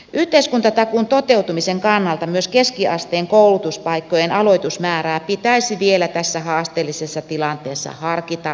yhteiskuntatakuun toteutumisen kannalta myös keskiasteen koulutuspaikkojen aloitusmäärää pitäisi vielä tässä haasteellisessa tilanteessa harkita uudelleen